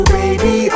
baby